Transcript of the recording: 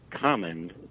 common